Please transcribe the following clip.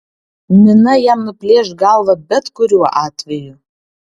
nina jam nuplėš galvą bet kuriuo atveju